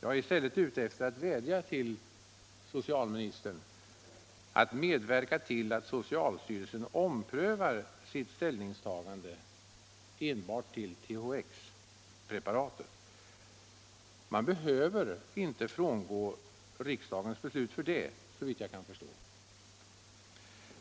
I stället vill jag enbart vädja till socialministern att medverka till att socialstyrelsen omprövar sitt ställningstagande till THX-preparatet. Man behöver inte frångå riksdagens beslut av den anledningen, såvitt jag förstår.